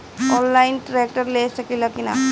Online tractor ले सकीला कि न?